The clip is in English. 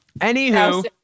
Anywho